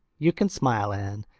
you can smile, anne,